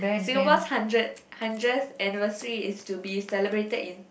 Singapore's hundred hundred anniversary is to be celebrated in